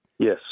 Yes